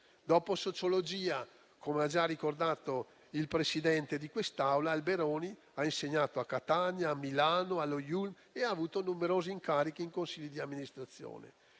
Dopo sociologia, come ha già ricordato il Presidente di quest'Aula, Alberoni ha insegnato a Catania, a Milano, allo IULM e ha avuto numerosi incarichi in consigli di amministrazione.